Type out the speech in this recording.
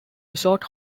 resort